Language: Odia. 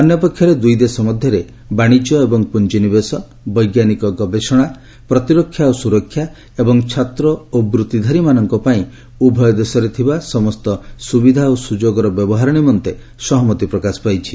ଅନ୍ୟପକ୍ଷରେ ଦୁଇ ଦେଶ ମଧ୍ୟରେ ବାଣିଜ୍ୟ ଏବଂ ପୁଞ୍ଜିନିବେଶ ବୈଙ୍କାନିକ ଗବେଷଣା ପ୍ରତିରକ୍ଷା ଓ ସୁରକ୍ଷା ଏବଂ ଛାତ୍ର ଓ ବୂତ୍ତିଧାରୀମାନଙ୍କ ପାଇଁ ଉଭୟ ଦେଶରେ ଥିବା ସମସ୍ତ ସୁବିଧା ଓ ସୁଯୋଗର ବ୍ୟବହାର ନିମନ୍ତେ ସହମତି ପ୍ରକାଶ ପାଇଛି